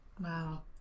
Wow